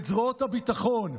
את זרועות הביטחון,